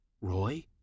Roy